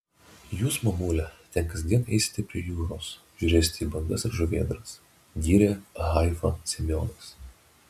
jūs mamule ten kasdien eisite prie jūros žiūrėsite į bangas ir žuvėdras gyrė haifą semionas